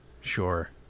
sure